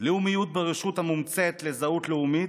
לאומיות במשרד לביטחון פנים שהפך למשרד לביטחון לאומי,